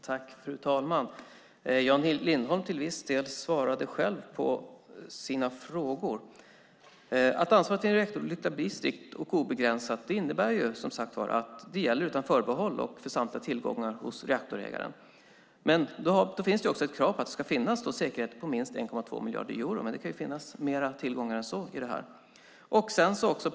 Fru talman! Jan Lindholm svarade till viss del själv på sina frågor. Att ansvaret vid en reaktorolycka blir strikt och obegränsat innebär att det gäller utan förbehåll och samtliga tillgångar hos reaktorägaren. Då finns det ett krav på att det ska finnas säkerhet på minst 1,2 miljarder euro, men det kan finnas mer tillgångar än så.